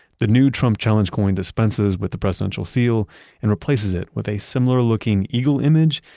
the new trump challenge going dispenses with the presidential seal and replaces it with a similar-looking eagle image.